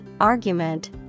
argument